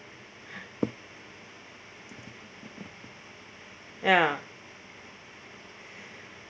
ya